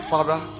Father